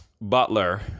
Butler